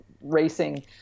racing